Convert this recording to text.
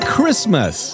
Christmas